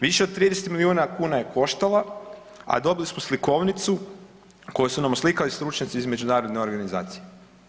Više od 30 milijuna kuna je koštala, a dobili smo slikovnicu koju su nam oslikali stručnjaci iz međunarodne organizacije.